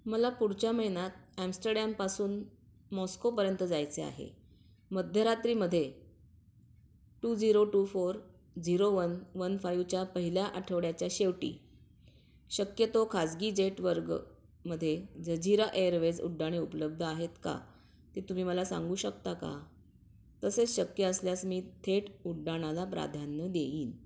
मला पुढच्या महिन्यात ॲम्स्टरडॅमपासून मॉस्कोपर्यंत जायचे आहे मध्यरात्रीमध्ये two zero two four zero one one फायुच्या पहिल्या आठवड्याच्या शेवटी शक्य तो खाजगी जेट वर्गमध्ये जजिरा एअरवेज उड्डाणे उपलब्ध आहेत का ते तुम्ही मला सांगू शकता का तसेच शक्य असल्यास मी थेट उड्डाणाला प्राधान्य देईन